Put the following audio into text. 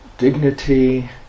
dignity